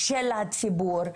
של הציבור,